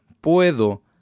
puedo